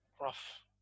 rough